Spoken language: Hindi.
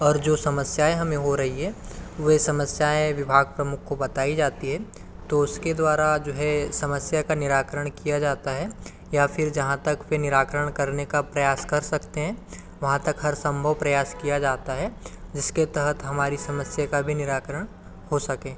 और जो समस्याऍं हमें हो रही है वे समस्याऍं विभाग प्रमुख को बताई जाती है तो उसके द्वारा जो है समस्या का निराकरण किया जाता है या फिर जहाँ तक फिर निराकरण करने का प्रयास कर सकते हें वहाँ तक हर संभव प्रयास किया जाता है जिसके तहत हमारी समस्या का भी निराकरण हो सके